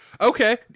Okay